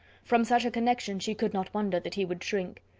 from such a connection she could not wonder that he would shrink.